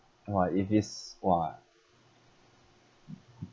!wah! if it's !wah!